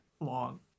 long